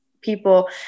people